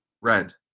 red